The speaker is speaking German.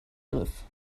griff